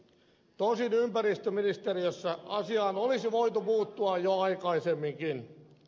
tosin ympäristöministeriössä asiaan olisi voitu puuttua jo aikaisemminkin